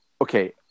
Okay